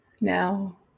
now